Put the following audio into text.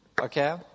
okay